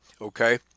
okay